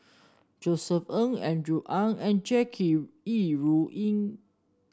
Josef Ng Andrew Ang and Jackie Yi Ru Ying